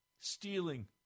Stealing